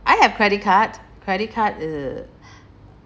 I have credit card credit card uh